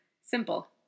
Simple